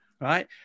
right